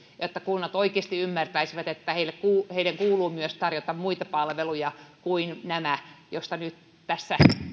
jotta kunnat oikeasti ymmärtäisivät että heidän kuuluu tarjota myös muita palveluja kuin nämä mistä nyt tässä